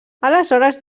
aleshores